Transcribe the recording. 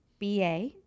BA